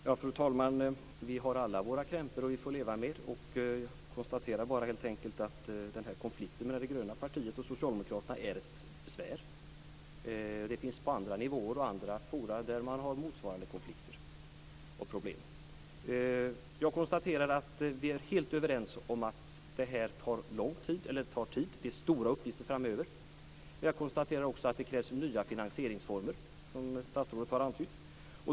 Fru talman! Vi har alla våra krämpor som vi får leva med. Jag konstaterar bara att konflikten mellan det gröna partiet och Socialdemokraterna är ett besvär. Det finns andra nivåer och andra forum där man har motsvarande konflikter och problem. Jag konstaterar att vi är helt överens om att det här tar tid. Det är stora uppgifter som väntar framöver. Jag konstaterar också att det krävs nya finansieringsformer, som statsrådet har antytt.